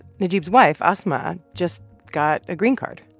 najeeb's wife, asma, just got a green card.